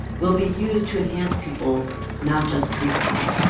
will be used to enhance people not just treat them.